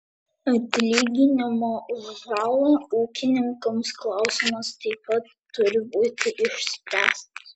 atlyginimo už žalą ūkininkams klausimas taip pat turi būti išspręstas